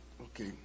Okay